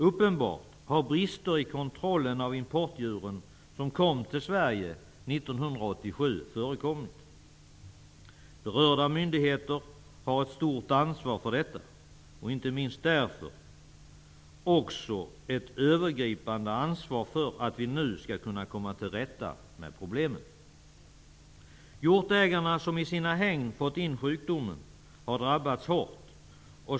Uppenbarligen har brister i kontrollen av de importdjur som kom till Sverige år 1987 förekommit. Berörda myndigheter har ett stort ansvar för detta och har inte minst därför också ett övergripande ansvar för att vi nu skall komma till rätta med problemen. Hjortägare som i sina hägn fått in sjukdomen har drabbats hårt.